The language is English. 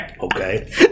Okay